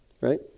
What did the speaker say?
right